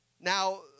Now